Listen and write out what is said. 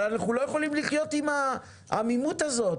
אבל אנחנו לא יכולים לחיות עם העמימות הזאת.